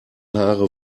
haare